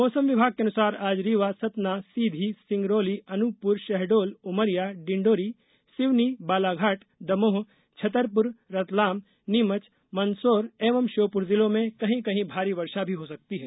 मौसम विभाग के अनुसार आज रीवा सतना सीधी सिंगरोली अनूपपुर शहडोल उमरिया डिंडोरी सिवनी बालाघाट दमोह छत्तरपुर रतलाम नीमच मंदसौर एवं श्योपुर जिलों में कहीं कहीं भारी वर्षा भी हो सकती है